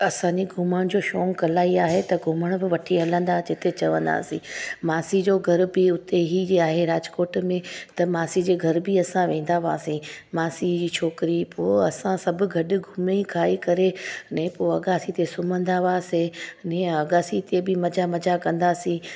असांजे घुमण जो शौक़ु अलाई आहे त घुमण बि वठी हलंदा जिते चवंदासीं मासी जो घर बि उते ई हीअ आहे राजकोट में त मासी जे घर बि असां वेंदा हुआसीं मासी जी छोकिरी पोइ असां सभु गॾु घुमी खाई करे ने पोइ अगासी ते सुम्हंदा हुवासीं ने अगासी ते बि मज़ा मज़ा कंदासीं